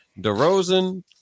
DeRozan